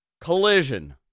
Collision